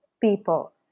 people